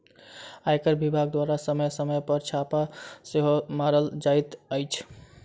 आयकर विभाग द्वारा समय समय पर छापा सेहो मारल जाइत अछि